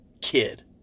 kid